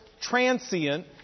transient